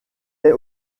est